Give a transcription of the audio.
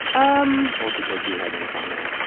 um or because you had insomnia?